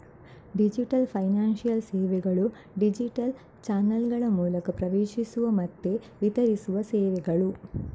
digital financial ಸೇವೆಗಳು digital ಚಾನಲ್ಗಳ ಮೂಲಕ ಪ್ರವೇಶಿಸುವ ಮತ್ತೆ ವಿತರಿಸುವ ಸೇವೆಗಳು